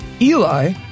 Eli